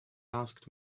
asked